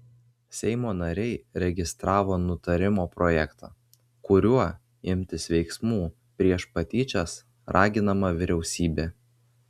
seimo nariai registravo nutarimo projektą kuriuo imtis veiksmų prieš patyčias raginama vyriausybė